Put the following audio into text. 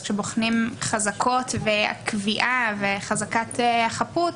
כאשר בוחנים חזקות והקביעה וחזקת החפות,